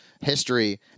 history